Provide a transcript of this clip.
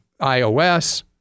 iOS